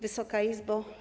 Wysoka Izbo!